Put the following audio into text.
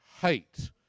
hate